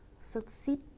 succeed